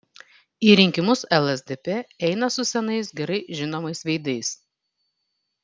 į rinkimus lsdp eina su senais gerai žinomais veidais